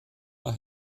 mal